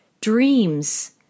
dreams